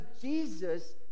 jesus